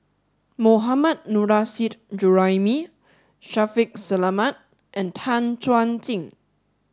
Mohammad Nurrasyid Juraimi Shaffiq Selamat and Tan Chuan Jin